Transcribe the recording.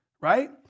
right